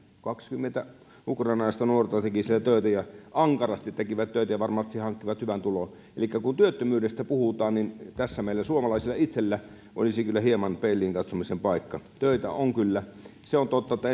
kaksikymmentä ukrainalaista nuorta teki siellä töitä ankarasti tekivät töitä ja varmasti hankkivat hyvän tulon elikkä kun työttömyydestä puhutaan niin tässä meillä suomalaisilla itsellä olisi kyllä hieman peiliin katsomisen paikka töitä on kyllä se on totta että